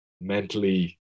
mentally